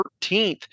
13th